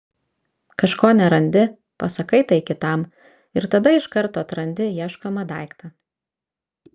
kažko nerandi pasakai tai kitam ir tada iš karto atrandi ieškomą daiktą